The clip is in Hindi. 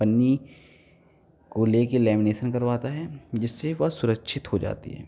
पन्नी को लेके लैमीनेसन करवाता है जिससे वह सुरक्षित हो जाती है